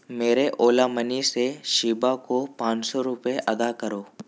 میرے Ola money سے شیبہ کو پانچ سو روپئے ادا کرو